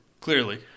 Clearly